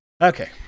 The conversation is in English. Okay